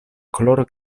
coloro